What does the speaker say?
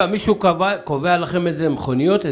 מישהו קובע לכם איזה מכוניות?